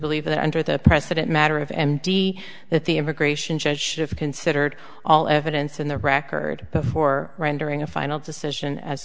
believe that under the precedent matter of m d that the immigration judges shift considered all evidence in the record before rendering a final decision as